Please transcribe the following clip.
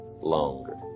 longer